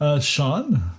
Sean